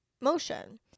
motion